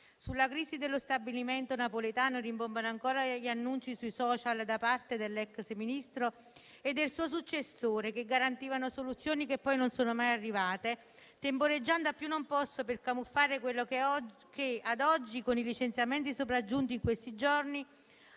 Sulla crisi dello stabilimento napoletano rimbombano ancora gli annunci sui *social* da parte dell'ex Ministro e del suo successore, che garantivano soluzioni che non sono mai arrivate, temporeggiando a più non posso per camuffare quello che ad oggi, con i licenziamenti sopraggiunti in questi giorni,